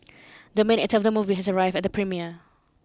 the main actor of the movie has arrived at the premiere